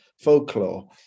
folklore